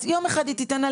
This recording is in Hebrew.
אז יום אחד העובדים ינקו,